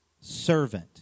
servant